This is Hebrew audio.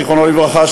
זיכרונו לברכה,